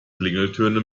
klingeltöne